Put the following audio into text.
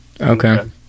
Okay